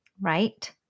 right